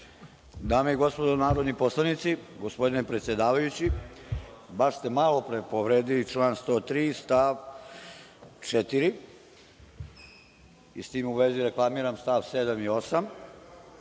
Dame i gospodo narodni poslanici, gospodine predsedavajući, baš ste malo pre povredili član 103. stav 4. i sa tim u vezi reklamiram stav 7. i 8.S